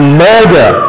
murder